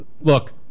Look